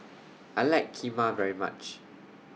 I like Kheema very much